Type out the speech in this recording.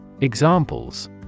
Examples